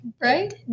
right